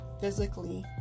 physically